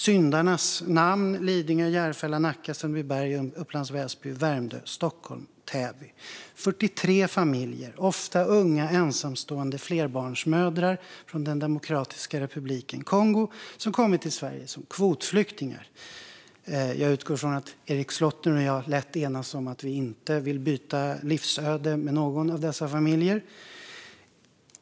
Syndarnas namn är Lidingö, Järfälla, Nacka, Sundbyberg, Upplands Väsby, Värmdö, Stockholm och Täby. Det handlar alltså om 43 familjer - ofta unga, ensamstående flerbarnsmödrar från Demokratiska republiken Kongo som kommit till Sverige som kvotflyktingar. Jag utgår från att Erik Slottner och jag lätt kan enas om att vi inte vill byta livsöde med någon av dessa familjer.